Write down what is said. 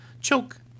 choke